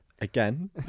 Again